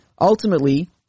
Ultimately